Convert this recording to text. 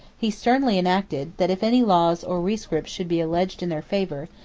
he sternly enacted, that if any laws or rescripts should be alleged in their favor,